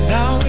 Now